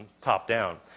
top-down